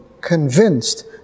convinced